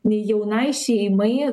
nei jaunai šeimai